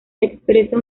expresa